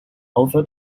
over